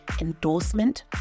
endorsement